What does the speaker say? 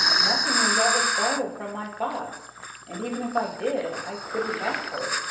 nothing was ever farther from my thoughts and even if i did, i couldn't have her,